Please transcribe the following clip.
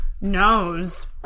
knows